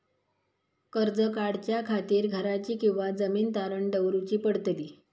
कर्ज काढच्या खातीर घराची किंवा जमीन तारण दवरूची पडतली?